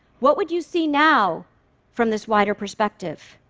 what would you see now from this wider perspective?